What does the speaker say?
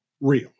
real